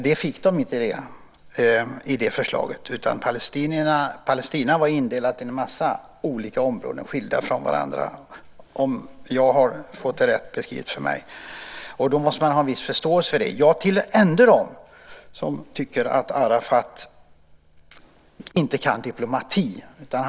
Det fick de inte i det förslaget, utan Palestina var indelat i en mängd olika områden, skilda från varandra, om jag har fått det rätt beskrivet för mig. Då måste man ha en viss förståelse för det. Jag tillhör ändå dem som tycker att Arafat inte kan diplomatin.